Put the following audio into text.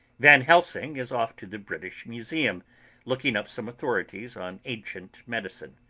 van helsing is off to the british museum looking up some authorities on ancient medicine.